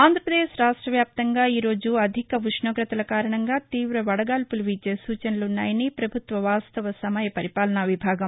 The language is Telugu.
ఆంధ్రప్రదేశ్ రాష్ట వ్యాప్తంగా ఈరోజు అధిక ఉష్ణాగ్రతల కారణంగా తీవ వడగాల్పులు వీచే సూచనలు ఉ న్నాయని పభుత్వ వాస్తవ సమయపరిపాలన విభాగం